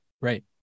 Right